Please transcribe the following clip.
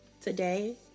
today